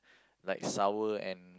like sour and